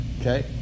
Okay